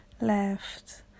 left